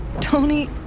Tony